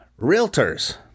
realtors